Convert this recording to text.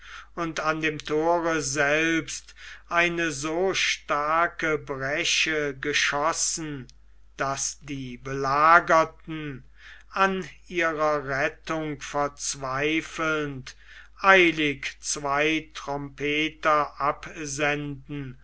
und an dem thore selbst eine so starke bresche geschossen daß die belagerten an ihrer rettung verzweifelnd eilig zwei trompeter absenden